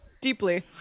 deeply